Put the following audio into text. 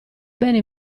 bene